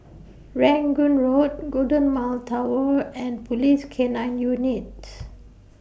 Rangoon Road Golden Mile Tower and Police K nine Unit